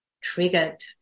triggered